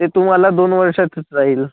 ते तुम्हाला दोन वर्षाचंच राहील